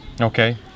okay